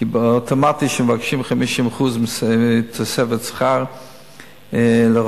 כי כבר שמעתי שמבקשים 50% תוספת שכר לרופאים.